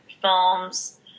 films